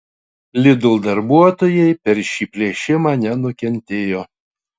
lidl darbuotojai per šį plėšimą nenukentėjo